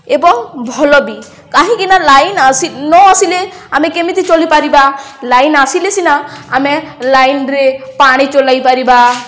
ଏବଂ ଭଲ ବି କାହିଁକିନା ଲାଇନ ଆସି ନ ଆସିଲେ ଆମେ କେମିତି ଚଳିପାରିବା ଲାଇନ ଆସିଲେ ସିନା ଆମେ ଲାଇନ୍ରେ ପାଣି ଚଲାଇ ପାରିବା